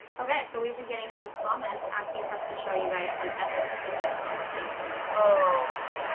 okay, so we've been getting some comments asking for us to show you guys some epic tinder conversations. oh,